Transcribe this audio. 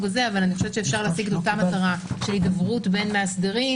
הזה אבל אפשר להשיג אותה מטרה של הידברות בין מאסדרים